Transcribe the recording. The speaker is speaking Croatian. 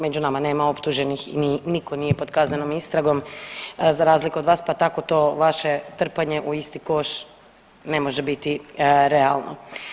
Među nama nije optuženih i niko nije pod kaznenom istragom za razliku od vas, pa tako to vaše trpanje u isti koš ne može biti realno.